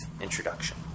introduction